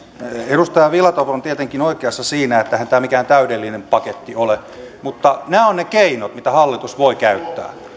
edustaja filatov on tietenkin oikeassa siinä että eihän tämä mikään täydellinen paketti ole mutta nämä ovat ne keinot mitä hallitus voi käyttää